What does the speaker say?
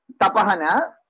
Tapahana